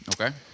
Okay